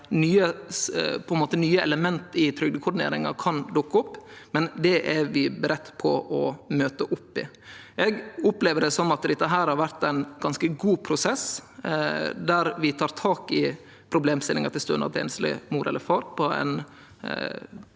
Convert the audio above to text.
nye element i trygdekoordineringa kan dukke opp, men det er vi førebudde på å møte. Eg opplever det som at dette har vore ein ganske god prosess, der vi tek tak i problemstillinga med stønad til einsleg mor eller far på ein